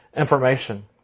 information